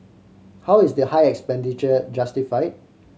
how is the high expenditure justify